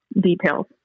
details